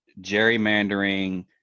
gerrymandering